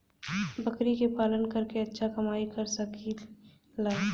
बकरी के पालन करके अच्छा कमाई कर सकीं ला?